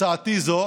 הצעתי זו